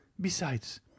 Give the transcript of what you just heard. Besides